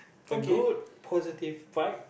a good positive vibe